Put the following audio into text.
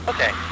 Okay